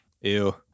ew